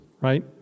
right